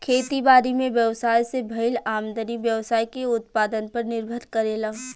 खेती बारी में व्यवसाय से भईल आमदनी व्यवसाय के उत्पादन पर निर्भर करेला